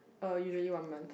uh usually one month